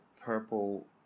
purple